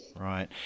Right